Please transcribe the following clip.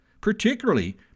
particularly